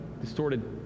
distorted